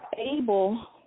able